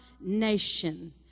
nation